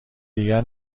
دیگر